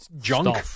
Junk